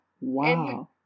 Wow